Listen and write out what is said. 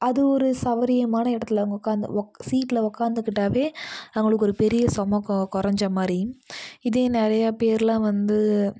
அது ஒரு சவுகரியமான இடத்துல அவங்க உக்காந்து சீட்டில் உக்காந்துக்கிட்டாவே அவுங்களுக்கு ஒரு பெரிய சும கொறைஞ்சா மாதிரி இதே நிறையா பேர்லாம் வந்து